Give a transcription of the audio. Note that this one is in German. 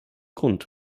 grund